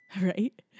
right